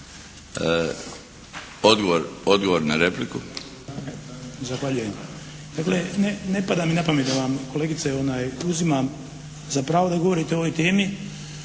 Odgovor na repliku.